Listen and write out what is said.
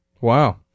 Wow